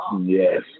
yes